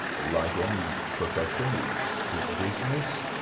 like any profession it's big business,